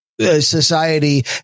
society